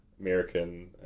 American